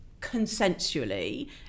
consensually